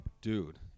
Dude